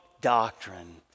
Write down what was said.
doctrine